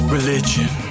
Religion